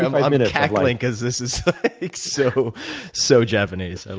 um i'm and cackling because this is so so japanese. and